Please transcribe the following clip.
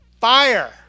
fire